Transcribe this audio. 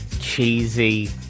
cheesy